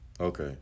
Okay